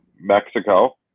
Mexico